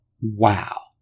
wow